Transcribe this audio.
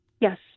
Yes